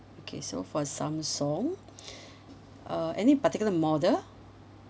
okay so for samsung uh any particular model